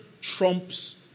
trumps